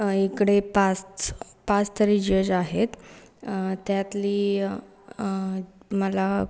इकडे पाच पाच तरी जज आहेत त्यातली मला